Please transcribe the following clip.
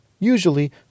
Usually